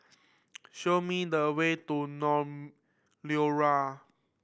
show me the way to Liora